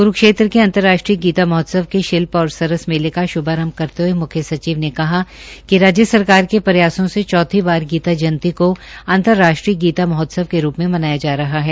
कुरूक्षेत्र के अंतर्राष्ट्रीय गीता महोत्सव के शिल्प और सरस मेले का श्भारम्भ करते हये मुख्यसचिव ने कहा कि राज्य सरकार के प्रयासों से चौथी बार गीता जयंती को अंतर्राष्ट्रीय गीता महोत्सव के रुप में मनाया जा रहा है